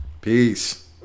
Peace